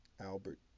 Albert